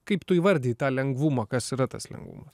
kaip tu įvardijai tą lengvumą kas yra tas lengvumas